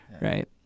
right